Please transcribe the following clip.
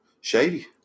Shady